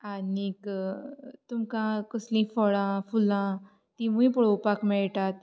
आनीक तुमकां कसलींय फळां फुलां तिवूंय पळोवपाक मेळटात